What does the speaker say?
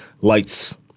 lights